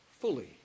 fully